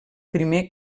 primer